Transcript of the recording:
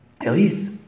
Elise